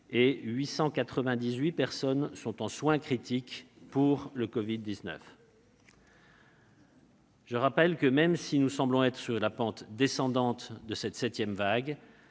et 898 personnes sont en soins critiques. Je le rappelle, même si nous semblons être sur la pente descendante de la septième vague,